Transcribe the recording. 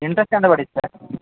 interest ఎంత పడిద్ది sir